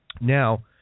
now